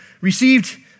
received